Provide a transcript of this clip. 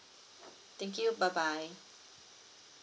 thank you bye bye